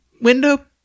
window